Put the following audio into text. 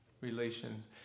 relations